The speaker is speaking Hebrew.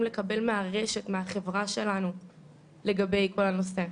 לקבל מהרשת ומהחברה שלנו לגבי כל הנושא.